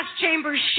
chambers